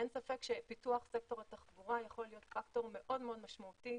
אין ספק שפיתוח סקטור התחבורה יכול להיות פקטור מאוד מאוד משמעותי